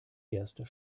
erster